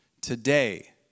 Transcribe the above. Today